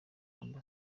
amb